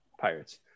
pirates